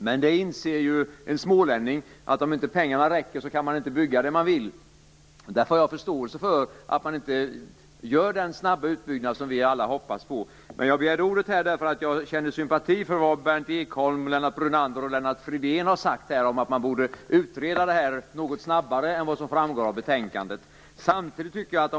Men en smålänning inser ju att om inte pengarna räcker går det inte att bygga det man vill ha. Därför har jag förståelse för att inte den snabba utbyggnad görs som vi alla hoppas på. Jag begärde ordet för att jag känner sympati för att Berndt Ekholm, Lennart Brunander och Lennart Fridén har sagt att frågan borde utredas snabbare än vad som föreslås i betänkandet.